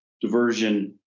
diversion